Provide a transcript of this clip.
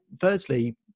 firstly